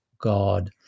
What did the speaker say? God